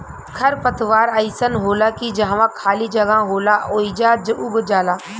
खर पतवार अइसन होला की जहवा खाली जगह होला ओइजा उग जाला